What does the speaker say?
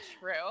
true